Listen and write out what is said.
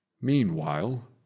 Meanwhile